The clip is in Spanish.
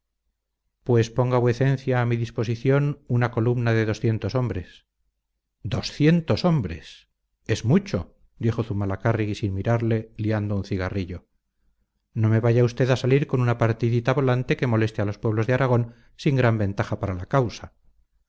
pues ponga vuecencia a mi disposición una columna de doscientos hombres doscientos hombres es mucho dijo zumalacárregui sin mirarle liando un cigarrillo no me vaya usted a salir con una partidita volante que moleste a los pueblos de aragón sin gran ventaja para la causa